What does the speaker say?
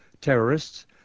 terrorists